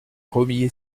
romilly